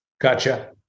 Gotcha